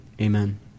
Amen